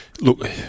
look